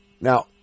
Now